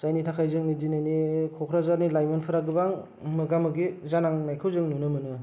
जायनि थाखाय जोंनि दिनैनि कक्राझारनि लाइमोनफोरा गोबां मोगामोगि जानांनायखौ जों नुनो मोनो